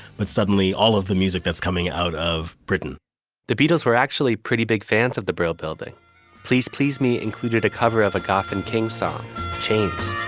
but suddenly all of the music that's coming out of britain the beatles were actually pretty big fans of the brill building please, please. me included a cover of a goffin king song chains